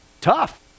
Tough